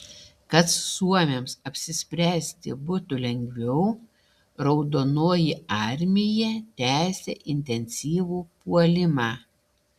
kad suomiams apsispręsti būtų lengviau raudonoji armija tęsė intensyvų puolimą